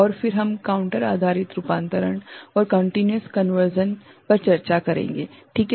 और फिर हम काउंटर आधारित रूपांतरण और कंटिन्युयस कन्वर्सन पर चर्चा करेंगे ठीक है